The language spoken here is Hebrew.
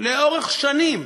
לאורך שנים,